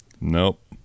nope